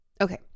Okay